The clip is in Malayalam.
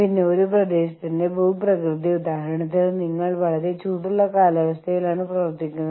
പക്ഷേ ഇക്കാലത്ത് ഒരുപാട് കാര്യങ്ങൾ സ്റ്റാൻഡേർഡ് ചെയ്യപ്പെട്ടിരിക്കുന്നു